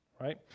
right